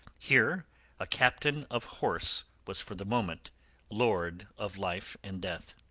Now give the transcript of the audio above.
here a captain of horse was for the moment lord of life and death.